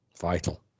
vital